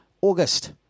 August